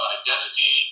identity